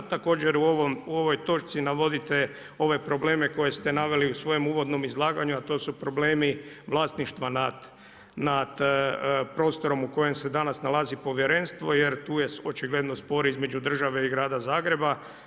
Također u ovoj točci navodite ove probleme koje ste naveli u svojem uvodnom izlaganju, a to su problemi vlasništva nad prostorom u kojem se danas nalazi povjerenstvo, jer tu je očigledno spor između države i Grada Zagreba.